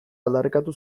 aldarrikatu